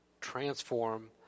transform